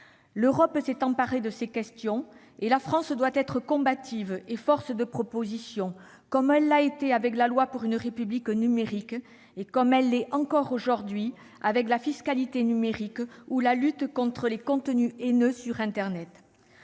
L'Europe s'est emparée de ces questions, mais la France doit être combative et force de proposition, comme elle l'a été avec la loi pour une République numérique, et comme elle l'est encore aujourd'hui pour ce qui concerne la fiscalité numérique ou la lutte contre les contenus haineux sur internet.